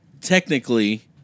technically